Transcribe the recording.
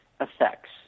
effects